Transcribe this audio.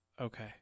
okay